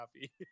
happy